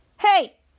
Hey